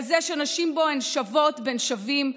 כזה שבו נשים הן שוות בין שווים,